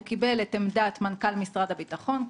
הוא קיבל את עמדת מנכ"ל משרד הביטחון,